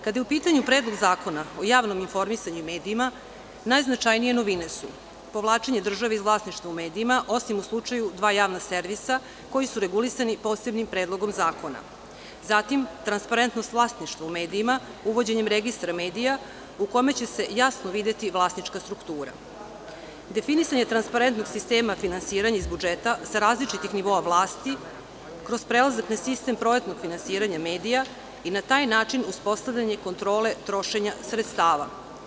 Kada je u pitanju Predlog zakona o javnom informisanju i medijima najznačajnije novine su povlačenje države iz vlasništva u medijima, osim u slučaju dva javna servisa koji su regulisani posebnim predlogom zakona, zatim transparentnost vlasništva u medijima uvođenjem registra medija u kome će se jasno videti vlasnička struktura, definisanje transparentnog sistema finansiranja iz budžeta sa različitih nivoa vlasti kroz preduzetni sistem projektnog finansiranja medija i na taj način uspostavljanje kontrole trošenja sredstava.